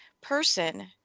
person